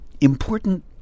important